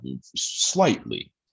slightly